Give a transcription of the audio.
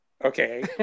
Okay